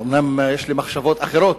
אומנם יש לי מחשבות אחרות,